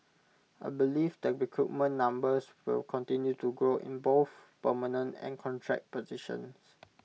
I believe the recruitment numbers will continue to grow in both permanent and contract positions